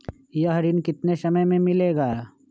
यह ऋण कितने समय मे मिलेगा?